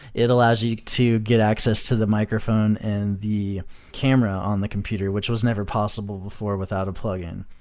it allows you to to get access to the microphone and the camera on the computer, which was never possible before without a plugin.